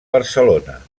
barcelona